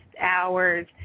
hours